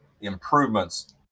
improvements